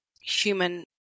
human